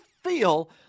Feel